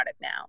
now